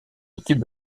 équipe